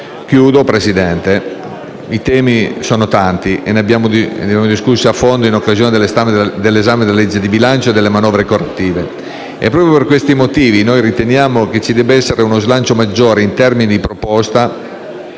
al Paese. I temi sono tanti e li abbiamo discussi a fondo in occasione dell'esame della legge di bilancio e delle manovre correttive e proprio per questi motivi riteniamo che ci debba essere uno slancio maggiore in termini di proposta